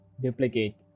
Duplicate